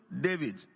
David